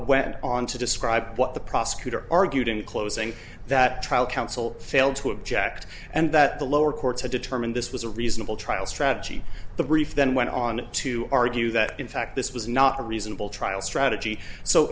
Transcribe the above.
went on to describe what the prosecutor argued in closing that trial counsel failed to object and that the lower courts had determined this was a reasonable trial strategy the brief then went on to argue that in fact this was not a reasonable trial strategy so